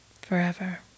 forever